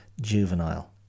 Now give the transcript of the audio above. juvenile